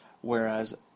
Whereas